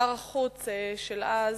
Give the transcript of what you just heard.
שר החוץ דאז,